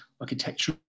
architectural